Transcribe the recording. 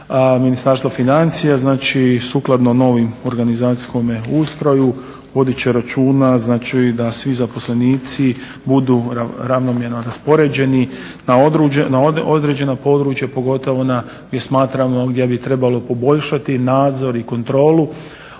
Ministarstvo financija znači sukladno novim organizacijskome ustroju voditi će računa, znači da svi zaposlenici budu ravnomjerno raspoređeni na određena područja, pogotovo ona gdje smatramo gdje bi trebalo poboljšati nadzor i kontrolu.